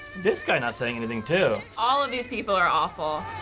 this guy not saying anything too. all and these people are awful.